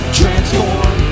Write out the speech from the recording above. transform